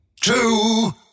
two